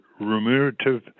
remunerative